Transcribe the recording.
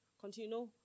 continue